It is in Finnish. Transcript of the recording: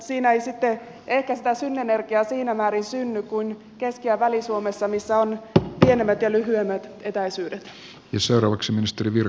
siinä ei sitten ehkä sitä synergiaa siinä määrin synny kuin keski ja väli suomessa missä on pienemmät ja lyhyemmät etäisyydet